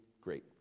great